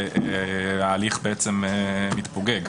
ההליך בעצם מתפוגג.